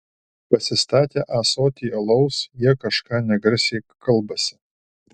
pasistatę ąsotį alaus jie kažką negarsiai kalbasi